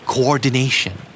Coordination